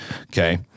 Okay